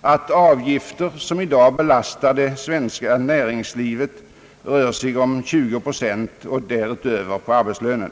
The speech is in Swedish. att de avgifter som i dag belastar det svenska näringslivet rör sig om 20 procent och däröver på arbetslönen.